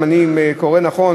אם אני קורא נכון,